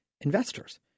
investors